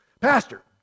Pastor